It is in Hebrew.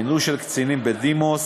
מינוי קצינים בדימוס